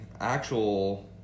actual